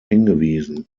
hingewiesen